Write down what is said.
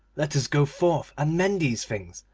let us go forth and mend these things,